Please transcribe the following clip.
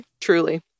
Truly